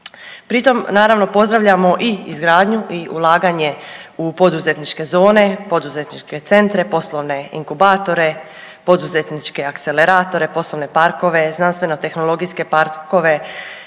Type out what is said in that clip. Pri tom naravno pozdravljamo i izgradnju i ulaganje u poduzetničke zone, poduzetničke centre, poslovne inkubatore, poduzetničke akceleratore, poslovne parkove, znanstveno tehnologijske parkove,